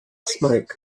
smoke